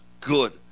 good